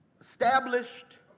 established